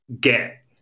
get